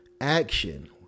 Action